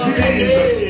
Jesus